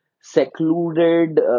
secluded